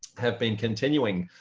have been continuing.